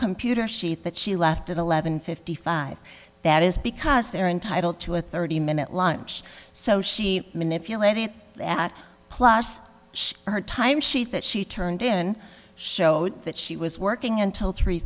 computer she thought she left at eleven fifty five that is because they're entitled to a thirty minute lunch so she manipulated that plus her time sheet that she turned in showed that she was working until three